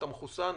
אתה מחוסן,